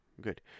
good